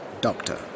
Doctor